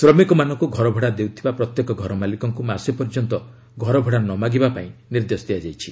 ଶ୍ରମିକମାନଙ୍କ ଘରଭଡ଼ା ଦେଇଥିବା ପ୍ରତ୍ୟେକ ଘର ମାଲିକଙ୍କ ମାସେ ପର୍ଯ୍ୟନ୍ତ ଘରଭଡ଼ା ନ ମାଗିବା ପାଇଁ ନିର୍ଦ୍ଦେଶ ଦିଆଯାଇଛି